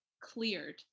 Cleared